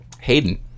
hayden